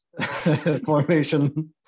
formation